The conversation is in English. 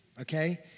okay